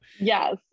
Yes